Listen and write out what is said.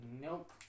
Nope